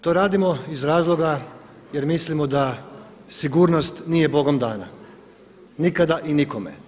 To radimo iz razloga jer mislimo da sigurnost nije Bogom dana, nikada i nikome.